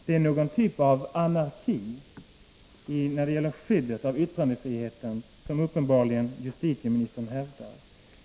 Det är uppenbarligen en typ av anarki när det gäller skyddet av yttrandefriheten som justitieministern hävdar.